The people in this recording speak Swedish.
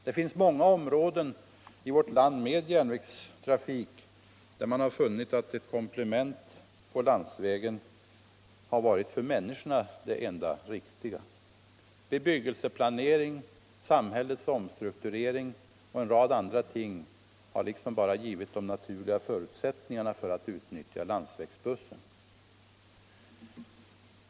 Det finns många områden i vårt land med järnvägstrafik där man funnit att ett komplement på landsvägen för människorna har varit det enda riktiga. Bebyggelseplanering, samhällets omstrukturering och en rad andra ting har givit de naturliga förutsättningarna att utnyttja landsvägsbussen.